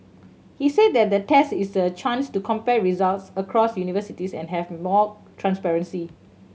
he's added that the test is a chance to compare results across universities and have more transparency